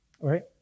right